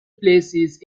places